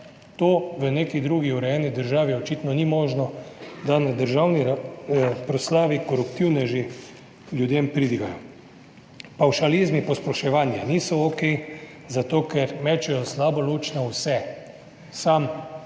To v neki drugi urejeni državi očitno ni možno, da na državni proslavi koruptivneži ljudem pridigajo. Pavšalizmi, posploševanje niso okej, zato ker mečejo slabo luč na vse. Sam